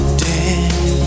dead